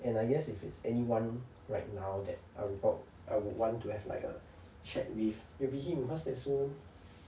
and I guess if it's anyone right now that I would talk I would want to have like a chat with it'll be him because that's so